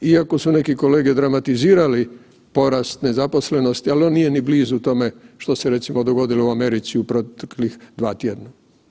Dosada iako su neki kolege dramatizirali porast nezaposlenosti, al on nije ni blizu tome što se recimo dogodilo u Americi u proteklih 2 tjedna.